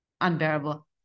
unbearable